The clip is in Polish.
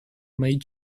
mej